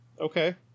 Okay